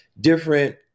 different